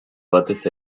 batez